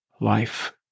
life